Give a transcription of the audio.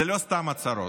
הן לא סתם הצהרות.